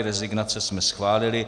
Rezignace jsme schválili.